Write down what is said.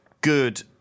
good